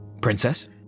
princess